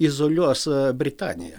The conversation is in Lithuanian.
izoliuos britaniją